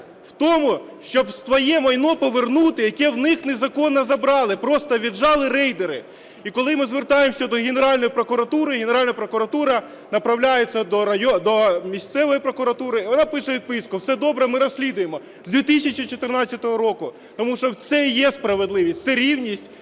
в тому, щоб своє майно повернути, яке в них незаконно забрали, просто "віджали" рейдери. І коли ми звертаємося до Генеральної прокуратури, Генеральна прокуратура направляє це до місцевої прокуратури і вона пише відписку: "Все добре, ми розслідуємо". З 2014 року. Тому що це і справедливість – це рівність